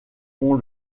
font